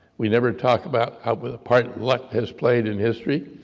we never talk about what part luck has played in history,